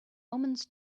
omens